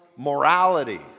morality